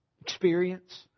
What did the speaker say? experience